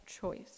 choice